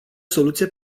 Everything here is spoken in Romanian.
soluție